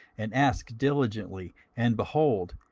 and ask diligently and, behold,